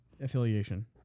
Affiliation